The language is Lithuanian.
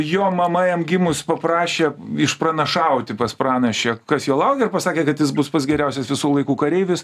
jo mama jam gimus paprašė išpranašauti pas pranašę kas jo laukia ir pasakė kad jis bus pats geriausias visų laikų kareivis